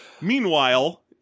Meanwhile